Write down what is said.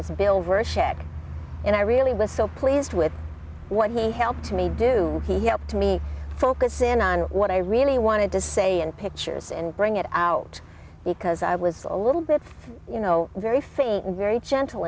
bill and i really was so pleased with what he helped me do he helped me focus in on what i really wanted to say and pictures and bring it out because i was a little bit you know very faint and very gentle